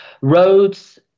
roads